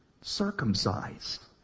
circumcised